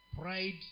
pride